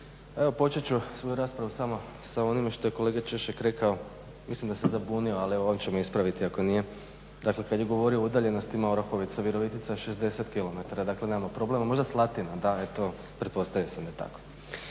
Evo, počet ću svoju raspravu samo sa onime što je kolega Češek rekao, mislim da se zabunio, ali evo on će me ispraviti ako nije. Dakle, kada je govorio o udaljenosti na Orahovica – Virovitica, 60 kilometara, dakle … problema, možda Slatina da je to, pretpostavlja se da je tako.